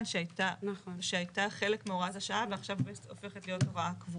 שהייתה חלק מהוראת השעה ועכשיו הופכת להיות הוראה קבועה.